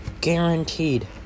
Guaranteed